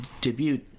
debut